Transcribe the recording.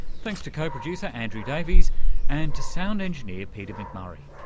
thanks to co-producer andrew davies and to sound engineer peter mcmurray.